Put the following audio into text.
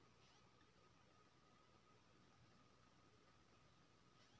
खेत मे चौकी देला सँ माटिक ढेपा बुकनी भए जाइ छै